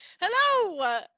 Hello